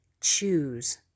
choose